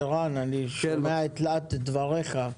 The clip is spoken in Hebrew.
ערן, אני שומע את להט דבריך.